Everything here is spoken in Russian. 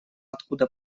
откуда